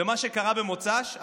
ומה שקרה במוצ"ש,